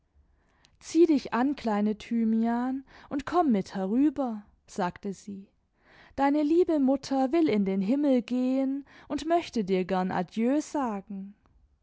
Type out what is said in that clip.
zieh dich an kleine thymian imd komm mit herüber sagte sie deine liebe mutter will in den himmel gehen imd möchte dir gern adieu sagen